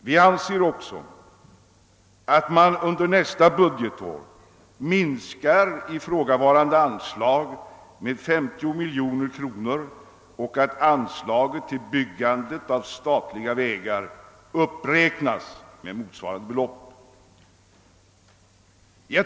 Vi anser också att man under nästa budgetår bör minska ifrågavarande anslag med 50 miljoner kronor och att anslaget till byggande av statliga vägar bör uppräknas med motsvarande belopp.